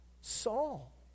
Saul